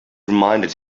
reminded